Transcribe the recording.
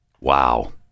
Wow